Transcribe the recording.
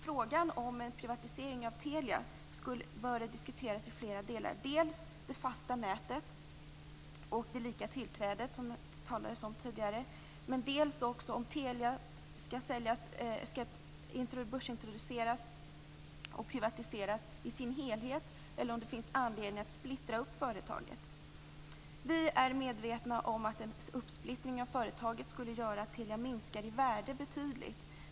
Frågan om en privatisering av Telia bör diskuteras i flera delar: dels det fasta nätet och det lika tillträdet, som det talades om tidigare, dels om Telia skall börsintroduceras och privatiseras i sin helhet eller om det finns anledning att splittra företaget. Vi är medvetna om att en splittring av företaget skulle göra att Telia minskade betydligt i värde.